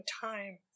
time